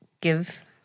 give